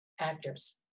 actors